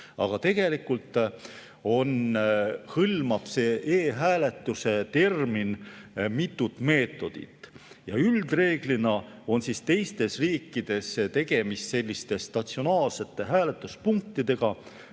Aga tegelikult hõlmab e‑hääletuse termin mitut meetodit. Üldreeglina on teistes riikides tegemist selliste statsionaarsete hääletuspunktidega,